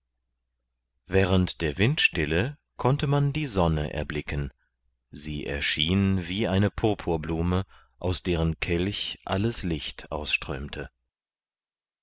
während der windstille konnte man die sonne erblicken sie erschien wie eine purpurblume aus deren kelch alles licht ausströmte